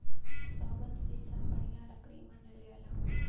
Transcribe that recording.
सौगन, सीसम बढ़िया लकड़ी मानल जाला